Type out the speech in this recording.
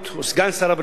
סגן שר הבריאות,